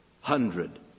hundred